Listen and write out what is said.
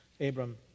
Abram